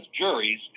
juries